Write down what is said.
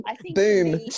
Boom